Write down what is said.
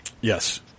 Yes